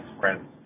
friends